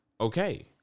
okay